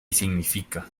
significa